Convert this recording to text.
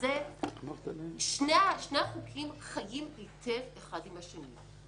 שני החוקים חיים הטיב אחד עם השני.